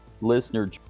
listener